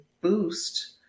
boost